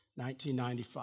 1995